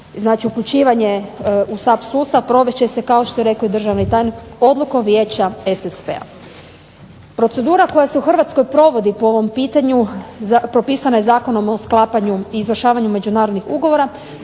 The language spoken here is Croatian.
znači uključivanje u SAP sustav provest će se kao što je rekao državni tajnik odlukom vijeća SSV-a. Procedura koja se u Hrvatskoj provodi po ovom pitanju propisana je Zakonom o sklapanju i izvršavanju međunarodnih ugovora,